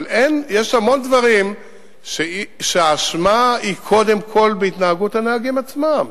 אבל יש המון דברים שהאשמה בהם היא קודם כול בהתנהגות הנהגים עצמם.